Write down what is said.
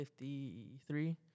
53